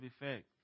effect